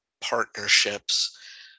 partnerships